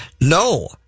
No